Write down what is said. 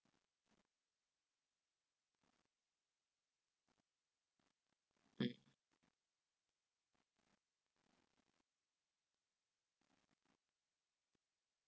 mm